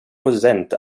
prozent